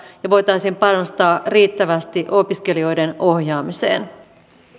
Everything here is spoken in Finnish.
ja voitaisiin panostaa riittävästi opiskelijoiden ohjaamiseen